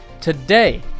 today